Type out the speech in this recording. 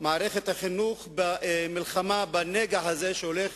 מערכת החינוך במלחמה בנגע הזה שהולך